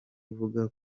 ivuga